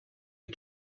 you